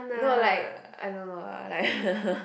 no like I don't know lah like